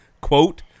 quote